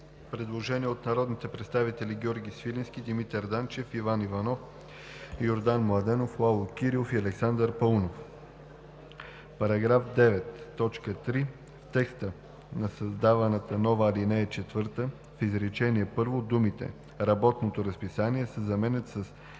предложение от народните представители Георги Свиленски, Димитър Данчев, Иван Иванов, Йордан Младенов, Лало Кирилов и Александър Паунов: „§ 9, т. 3 в текста на създаваната нова ал. 4 в изречение първо думите „работното разписание“ се заменят с